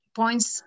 points